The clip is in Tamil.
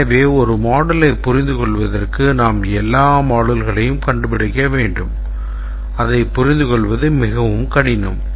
எனவே ஒரு moduleயைப் புரிந்துகொள்வதற்கு நாம் எல்லா moduleகளையும் கண்டுபிடிக்க வேண்டும் அதைப் புரிந்துகொள்வது மிகவும் கடினம்